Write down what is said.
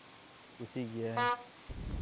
ᱠᱩᱥᱤᱜ ᱜᱤᱭᱟᱹᱧ